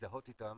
להזדהות איתם,